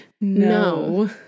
No